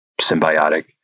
symbiotic